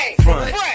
front